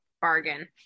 bargain